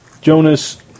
Jonas